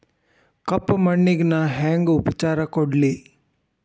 ಕಪ್ಪ ಮಣ್ಣಿಗ ನಾ ಹೆಂಗ್ ಉಪಚಾರ ಕೊಡ್ಲಿ?